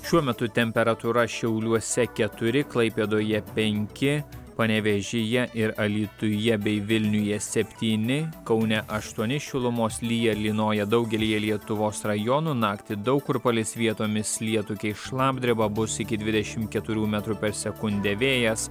šiuo metu temperatūra šiauliuose keturi klaipėdoje penki panevėžyje ir alytuje bei vilniuje septyni kaune aštuoni šilumos lyja lynoja daugelyje lietuvos rajonų naktį daug kur palis vietomis lietų keis šlapdriba bus iki dvidešim keturių metrų per sekundę vėjas